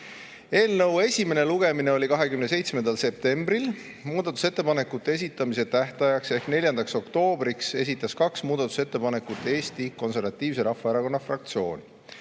lõpuni. Eelnõu esimene lugemine oli 27. septembril. Muudatusettepanekute esitamise tähtajaks ehk 4. oktoobriks esitas kaks muudatusettepanekut Eesti Konservatiivse Rahvaerakonna fraktsioon.